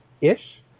ish